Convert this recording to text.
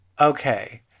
Okay